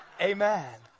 Amen